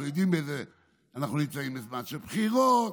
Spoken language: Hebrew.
אנחנו יודעים שאנחנו נמצאים בזמן של בחירות.